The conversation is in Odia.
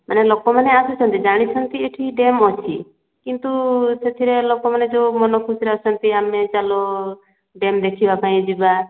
ମାନେ ଲୋକମାନେ ଆସୁଛନ୍ତି ଜାଣିଛନ୍ତି ଏଠି ଡ୍ୟାମ ଅଛି କିନ୍ତୁ ସେଥିରେ ଲୋକମାନେ ଯେଉଁ ମନଖୁସିରେ ଆସନ୍ତି ଆମେ ଚାଲ ଡ୍ୟାମ ଦେଖିବାକୁ ଯିବା